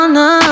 no